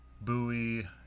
buoy